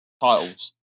titles